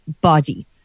body